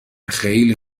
خیلی